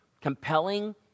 compelling